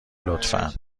لطفا